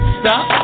stop